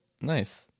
Nice